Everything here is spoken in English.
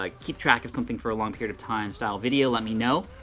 like keep track of something for a long period of time style video, let me know.